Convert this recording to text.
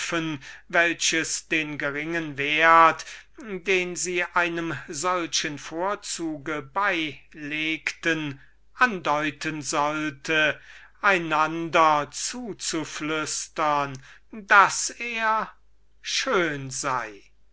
welches den geringen wert den sie einem solchen vorzug beilegten andeutete einander zu zuraunen daß er schön sei